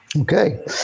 Okay